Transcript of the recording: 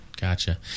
Gotcha